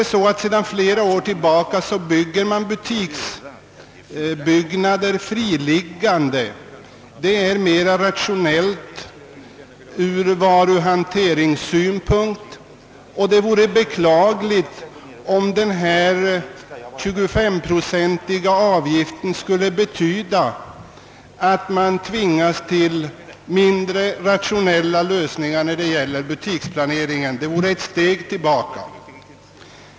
Sedan flera år tillbaka uppför man butiksbyggnader friliggande. Det är mera rationellt ur varuhanteringssyn punkt, och det vore beklagligt om den 25-procentiga avgiften skulle betyda att man tvingas till mindre rationella lösningar när det gäller butiksplaneringen. Det vore ett steg tillbaka.